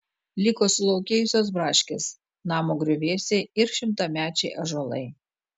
liko sulaukėjusios braškės namo griuvėsiai ir šimtamečiai ąžuolai